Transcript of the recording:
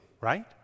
right